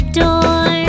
door